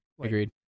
Agreed